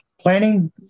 planning